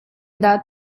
dah